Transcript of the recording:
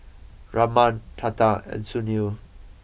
Raman Tata and Sunil